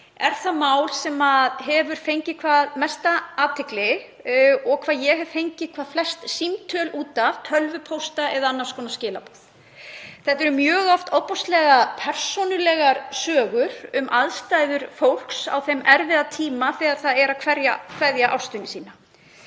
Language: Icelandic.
sé það mál sem hefur fengið hvað mesta athygli og það mál sem ég hef fengið hvað flest símtöl út af, tölvupósta eða annars konar skilaboð. Þetta eru mjög oft ofboðslega persónulegar sögur um aðstæður fólks á þeim erfiða tíma þegar það er að kveðja ástvini sína.